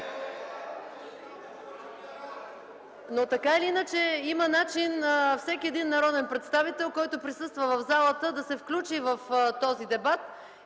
Но така или иначе има начин всеки един народен представител, който присъства в залата, да се включи в този дебат